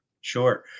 Sure